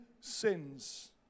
sins